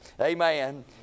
Amen